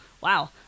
wow